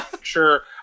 sure